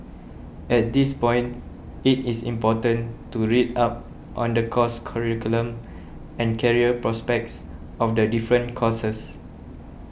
at this point it is important to read up on the course curriculum and career prospects of the different courses